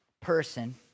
person